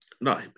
no